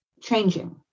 changing